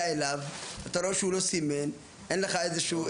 לאדם ורואה שהוא לא סימן את הבקר שלו,